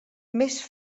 més